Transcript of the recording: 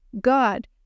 God